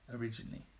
Originally